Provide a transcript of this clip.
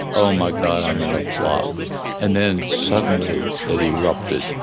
oh, my god. i'm in a flop and then suddenly it erupted.